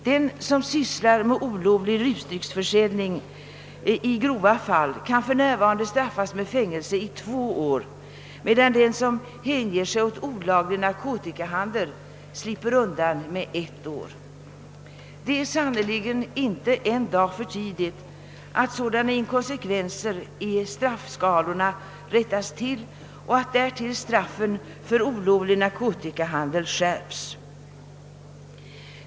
Den som sysslar med olovlig rusdrycksförsäljning kan i grova fall för närvarande straffas med fängelse i två år, medan den som hänger sig åt olaglig narkotikahandel slipper undan med ett år. Det är sannerligen inte en dag för tidigt att sådana inkonsekvenser i straffskalorna rättas till och att därtill straffen för olovlig narkotikahandel skärps.